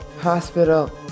hospital